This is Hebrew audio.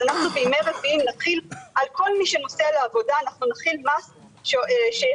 אז נחיל על כל מי שנוסע לעבודה מס שישלם